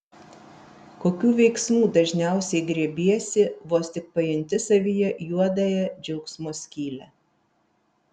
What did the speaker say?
kokių veiksmų dažniausiai griebiesi vos tik pajunti savyje juodąją džiaugsmo skylę